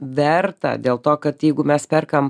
verta dėl to kad jeigu mes perkam